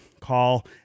call